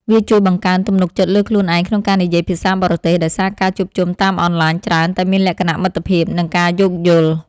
វាជួយបង្កើនទំនុកចិត្តលើខ្លួនឯងក្នុងការនិយាយភាសាបរទេស ដោយសារការជួបជុំតាមអនឡាញច្រើនតែមានលក្ខណៈមិត្តភាព និងការយោគយល់។